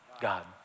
God